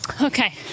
Okay